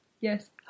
yes